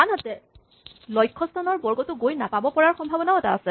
আনহাতে লক্ষস্হানৰ বৰ্গটো গৈ নাপাব পৰাৰ সম্ভাৱনাও আছে